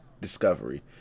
discovery